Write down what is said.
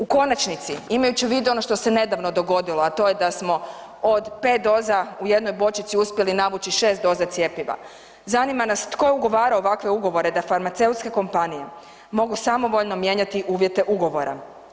U konačnici, imajući u vidu ono što se nedavno dogodilo, a to je da smo od pet doza u jednoj bočici uspjeli navući šest doza cjepiva, zanima nas tko je ugovarao ovakve ugovore da farmaceutske kompanije mogu samovoljno mijenjati uvjete ugovora?